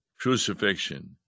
Crucifixion